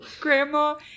Grandma